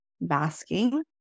basking